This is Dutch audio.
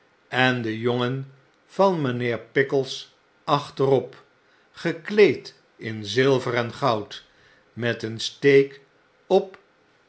en de jongen van mijnheer pickles achterop gekleed in zilver en goud met een steek op